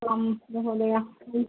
आं महोदय